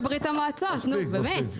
נו, באמת.